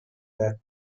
backed